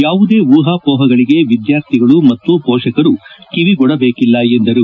ಯಾವುದೇ ಊಹಾಪೋಹಗಳಿಗೆ ವಿದ್ಯಾರ್ಥಿಗಳು ಹಾಗೂ ಪೋಷಕರು ಕಿವಿಗೊಡಬೇಕಿಲ್ಲ ಎಂದರು